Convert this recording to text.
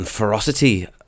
ferocity